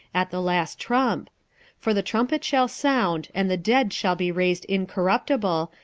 at the last trump for the trumpet shall sound, and the dead shall be raised incorruptible,